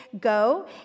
go